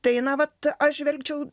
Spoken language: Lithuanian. tai na vat aš žvelgčiau